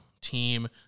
team